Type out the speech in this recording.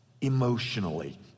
emotionally